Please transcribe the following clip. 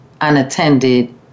unattended